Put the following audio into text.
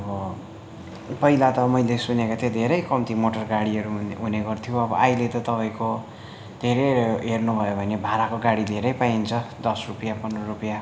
अब पहिला त मैले सुनेको थिएँ धेरै कम्ती मोटरगाडीहरू हुने गर्थ्यो अब अहिले त तपाईँको धेरै हेर्नु भयो भने भाडाको गाडी धेरै पाइन्छ दस रुपियाँ पन्ध्र रुपियाँ